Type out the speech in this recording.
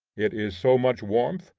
it is so much warmth,